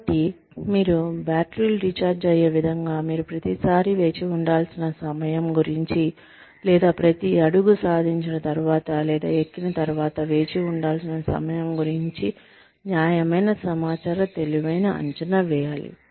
కాబట్టి మీరు బ్యాటరీలు రీఛార్జ్ అయ్యే విధంగా మీరు ప్రతిసారి వేచి ఉండాల్సిన సమయం గురించి లేదా ప్రతి అడుగు సాధించిన తర్వాత లేదా ఎక్కిన తర్వాత వేచి ఉండాల్సిన సమయం గురించి న్యాయమైన సమాచార తెలివైన అంచనా వేయాలి